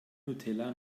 nutella